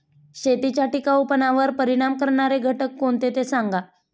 शेतीच्या टिकाऊपणावर परिणाम करणारे घटक कोणते ते सांगा